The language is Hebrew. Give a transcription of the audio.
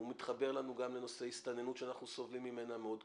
הוא מתחבר לנו גם לנושא ההסתננות שאנחנו סובלים ממנו מאוד קשה,